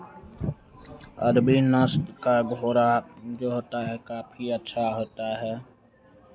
अरबी नस्ल का घोड़ा जो होता है काफी अच्छा होता है